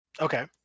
okay